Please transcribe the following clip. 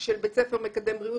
של בית ספר מקדם בריאות,